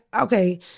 okay